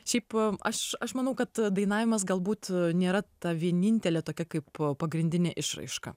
šiaip aš aš manau kad dainavimas galbūt nėra ta vienintelė tokia kaip a pagrindinė išraiška